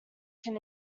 can